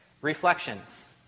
Reflections